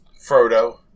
Frodo